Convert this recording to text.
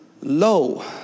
Lo